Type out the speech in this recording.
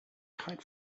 kite